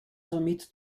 somit